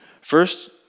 first